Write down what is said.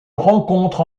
rencontre